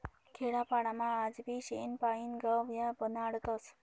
खेडापाडामा आजबी शेण पायीन गव या बनाडतस